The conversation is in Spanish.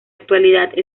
actualidad